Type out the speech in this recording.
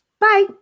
Bye